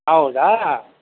ಹೌದಾ